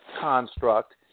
construct